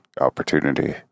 opportunity